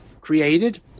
created